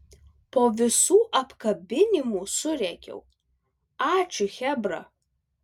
po visų apkabinimų surėkiau ačiū chebra